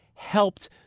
helped